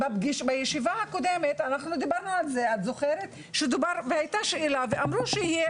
בישיבה הקודמת הייתה שאלה ואמרו שיהיה אופק.